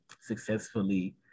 successfully